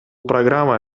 программа